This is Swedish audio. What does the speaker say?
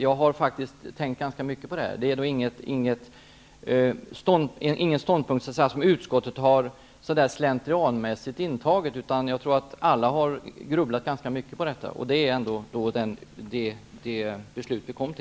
Jag har faktiskt tänkt ganska mycket på detta, och det är inte en slentrianmässigt intagen ståndpunkt som utskottet har, utan alla har grubblat ganska mycket på det här innan vi kom fram till beslutet.